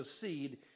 seed